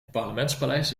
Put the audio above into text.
parlementspaleis